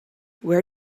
where